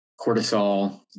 cortisol